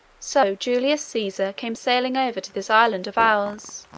so, julius caesar came sailing over to this island of ours,